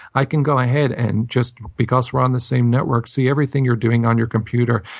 i can go ahead and just, because we're on the same network, see everything you're doing on your computer.